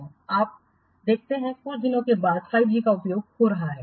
अब आप देखते हैं कि कुछ दिनों के बाद 5 जी का उपयोग हो रहा है